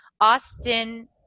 Austin